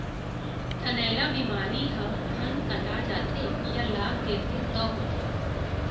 थनैला बेमारी ह थन कटा जाथे या लाग देथे तौ होथे